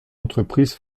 entreprise